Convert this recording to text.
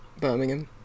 Birmingham